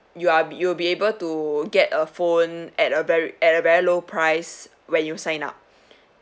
you are be you'll be able to get a phone at a very at a very low price when you sign up